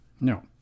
No